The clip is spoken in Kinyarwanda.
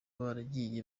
baragiye